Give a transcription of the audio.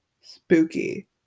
Spooky